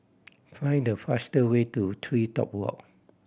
find the faster way to TreeTop Walk